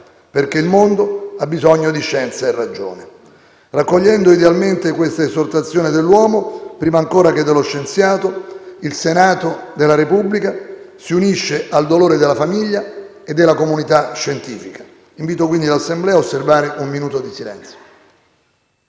perché il mondo ha bisogno di scienza e ragione». Raccogliendo idealmente questa esortazione dell'uomo, prima ancora che dello scienziato, il Senato della Repubblica si unisce al dolore della famiglia e della comunità scientifica. Invito quindi l'Assemblea ad osservare un minuto di silenzio.